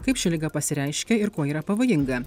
kaip ši liga pasireiškia ir kuo yra pavojinga